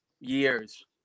years